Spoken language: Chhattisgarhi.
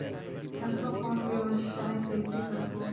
सरसो कौन व्यवसाय कइसे करबो?